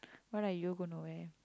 what are you gonna wear